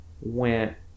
went